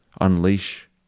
unleash